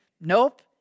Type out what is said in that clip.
Nope